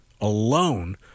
alone